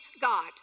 God